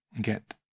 get